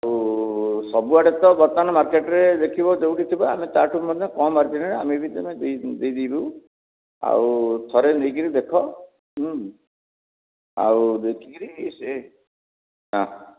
ଆଉ ସବୁଆଡ଼େ ତ ବର୍ତ୍ତମାନ ମାର୍କେଟ୍ରେ ଦେଖିବ ଯେଉଁଠି ଥିବ ଆମେ ତାଠୁ ମଧ୍ୟ କମ୍ ମାର୍ଜିନ୍ରେ ଆମେ ବି ଦେଇ ଦେଇଦେବୁ ଆଉ ଥରେ ନେଇକିରି ଦେଖ ଆଉ ଦେଖିକିରି ସେ ହଁ